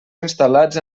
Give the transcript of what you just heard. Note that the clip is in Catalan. instal·lats